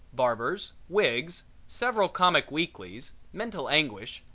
barbers, wigs, several comic weeklies, mental anguish,